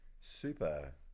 super